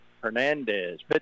Hernandez